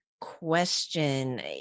question